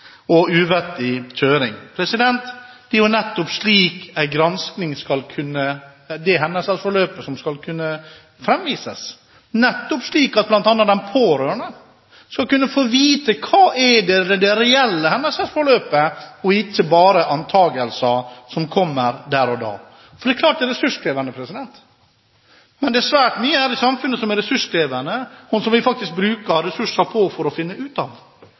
og uvettig kjøring. Det er nettopp dette en gransking av hendelsesforløpet skal kunne vise, slik at bl.a. de pårørende skal kunne få vite hva som er det reelle hendelsesforløpet, og ikke bare få noen antakelser som kommer der og da. Det er klart det er ressurskrevende, men det er svært mye her i samfunnet som er ressurskrevende og som vi faktisk bruker ressurser på for å finne ut av.